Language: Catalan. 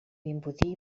vimbodí